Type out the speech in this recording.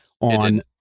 on